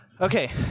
Okay